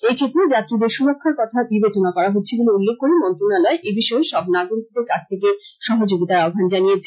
এক্ষেত্রে যাত্রীদের সুরক্ষার কথা বিবেচনা করা হচ্ছে বলে উল্লেখ করে মন্ত্রণালয় এ বিষয়ে সব নাগরিকদের কাছ থেকে সহযোগীতার আহ্বান জানিয়েছে